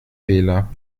fehler